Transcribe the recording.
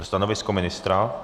Stanovisko ministra?